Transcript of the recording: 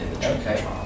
okay